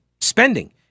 spending